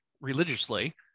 religiously